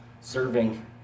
serving